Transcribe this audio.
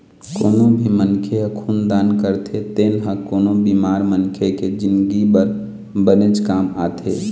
कोनो भी मनखे ह खून दान करथे तेन ह कोनो बेमार मनखे के जिनगी बर बनेच काम आथे